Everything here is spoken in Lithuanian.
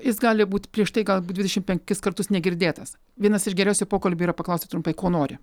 jis gali būt prieš tai gal dvidešimt penkis kartus negirdėtas vienas iš geriausių pokalbių yra paklausti trumpai ko nori